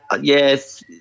Yes